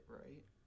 right